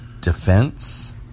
defense